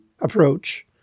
approach